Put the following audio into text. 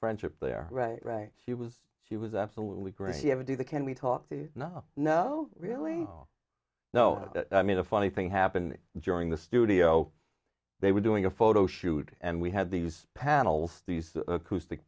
friendship there right right she was she was absolutely great you have a diva can we talk to no no really no i mean a funny thing happened during the studio they were doing a photo shoot and we had these panels these acoustic